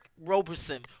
Roberson